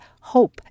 hope